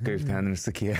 kaip ten visokie